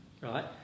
right